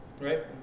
Right